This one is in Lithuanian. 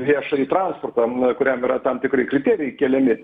viešąjį transportą kuriam yra tam tikri kriterijai keliami